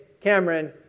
Cameron